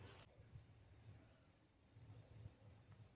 कटहल vitamin C, potassium, आहार फाइबरेर एक स्वस्थ स्रोत छे